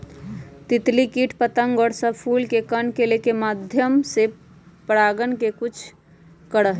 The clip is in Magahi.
तितली कीट पतंग और सब फूल के कण के लेके माध्यम से परागण के कुछ करा हई